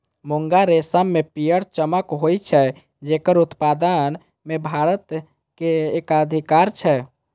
मूंगा रेशम मे पीयर चमक होइ छै, जेकर उत्पादन मे भारत के एकाधिकार छै